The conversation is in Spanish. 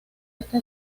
esta